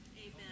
Amen